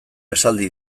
esaldi